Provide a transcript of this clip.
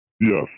yes